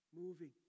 moving